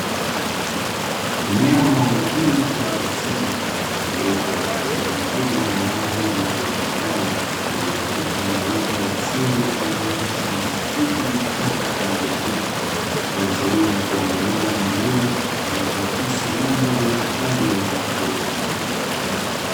Mnyama wa mwituni aina ya simba aliyepo katika eneo kubwa la wazi. Lililo tambarare, lililozungukwa na uoto wa asili unaojumuisha nyasi fupi, vichaka pamoja na miti. Ikiashiria kuwa ni eneo maalumu lenye kuakisi mandhari ya hifadhi ya wanyamapori.